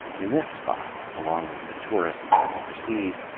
in this spot, along with the tourists from overseas,